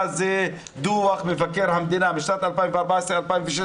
מה זה כוח מבקר המדינה משנת 2014 ו-2016,